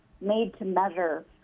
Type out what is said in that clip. made-to-measure